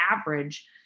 average